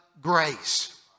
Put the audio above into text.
grace